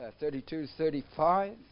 32-35